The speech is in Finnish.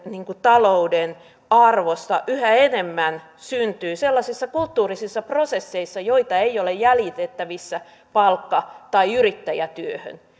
talouden arvosta yhä enemmän syntyy sellaisissa kulttuurisissa prosesseissa jotka eivät ole jäljitettävissä palkka tai yrittäjätyöhön